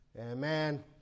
Amen